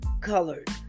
colored